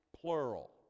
plural